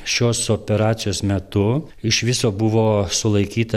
šios operacijos metu iš viso buvo sulaikyta